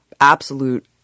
absolute